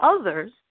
others